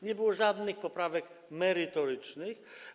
Nie było żadnych poprawek merytorycznych.